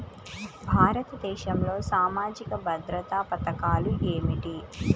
భారతదేశంలో సామాజిక భద్రతా పథకాలు ఏమిటీ?